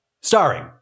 Starring